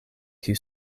kiu